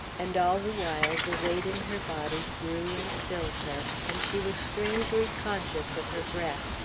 and all the while the weight in her body grew and filled her, and she was strangely conscious of her breath.